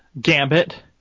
Gambit